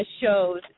shows